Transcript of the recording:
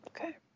Okay